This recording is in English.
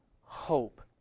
hope